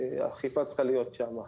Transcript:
האכיפה צריכה להיות שם.